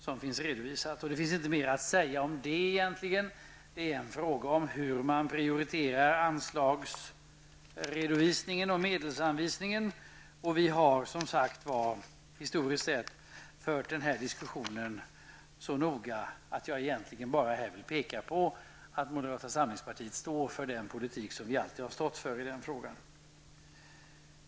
Det finns egentligen inte mer att säga om det. Det är en fråga om hur man prioriterar anslagsredovisningen och medelsanvisningen. Vi har som sagt historiskt sett fört denna diskussion så noga, att jag här bara vill påpeka att moderata samlingspartiet står för den politik som vi alltid stått för i denna fråga.